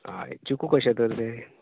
हय चिकू कशें तर ते